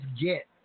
get